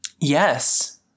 Yes